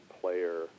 player